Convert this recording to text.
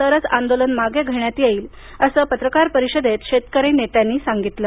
तरच आंदोलन मागे घेण्यात येईल असं पत्रकार परिषदेमध्ये शेतकऱ्यांच्या नेत्यांनी सांगितलं